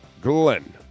Glenn